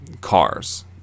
cars